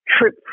trip